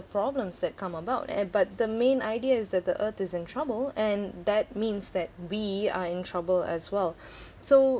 problems that come about uh but the main idea is that the earth is in trouble and that means that we are in trouble as well so